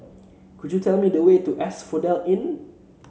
could you tell me the way to Asphodel Inn